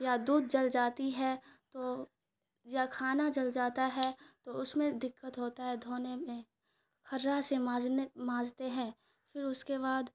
یا دودھ جل جاتی ہے تو یا کھانا جل جاتا ہے تو اس میں دقت ہوتا ہے دھونے میں کھرا سے ماجنے ماجتے ہیں پھر اس کے بعد